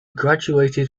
graduated